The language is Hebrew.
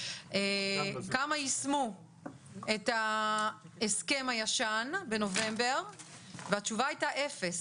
כמה יישמו את ההסכם הישן בנובמבר והתשובה הייתה 'אפס'.